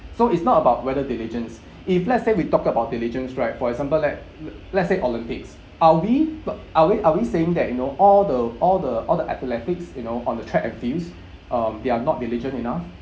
so it's not about whether diligence if let's say we talk about diligence right for example let uh let's say olympics are we got are we are we saying that you know all the all the all the athletics you know on the track and fields um they're not diligent enough